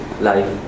life